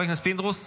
יצחק פינדרוס,